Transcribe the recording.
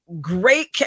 great